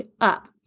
up